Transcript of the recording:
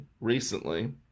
recently